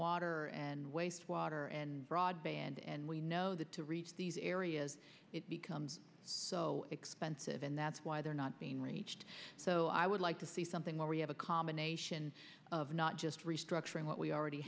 water and waste water and broadband and we know that to reach these areas it's become so expensive and that's why they're not being reached so i would like to see something where we have a combination of not just restructuring what we already